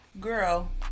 girl